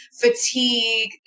fatigue